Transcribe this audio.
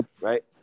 right